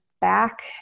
back